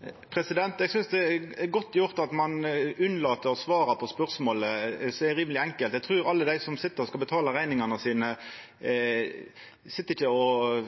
Eg synest det er godt gjort å unnlata å svara på spørsmålet, som er rimeleg enkelt. Eg trur alle dei som sit og skal betala rekningane sine, ikkje vert roa